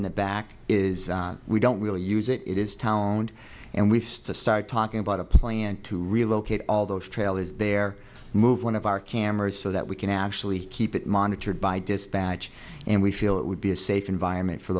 in the back is we don't really use it is talent and we've just started talking about a plan to relocate all those trailers there move one of our cameras so that we can actually keep it monitored by dispatch and we feel it would be a safe environment for